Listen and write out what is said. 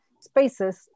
spaces